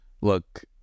look